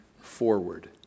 forward